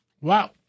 Wow